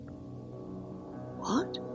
What